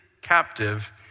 captive